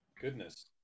Goodness